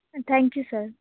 thank you sir